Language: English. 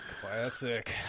Classic